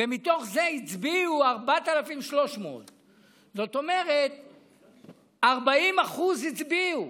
ומתוך זה הצביעו 4,300. זאת אומרת, 40% הצביעו.